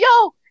yo